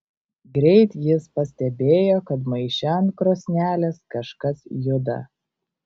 greit jis pastebėjo kad maiše ant krosnelės kažkas juda